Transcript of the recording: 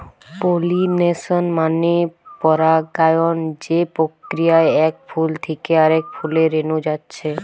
pollination মানে পরাগায়ন যে প্রক্রিয়ায় এক ফুল থিকে আরেক ফুলে রেনু যাচ্ছে